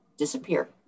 disappear